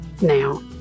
now